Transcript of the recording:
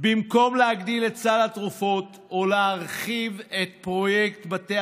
במקום להגדיל את סל התרופות או להרחיב את פרויקט בתי